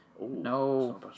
No